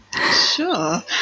Sure